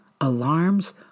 alarms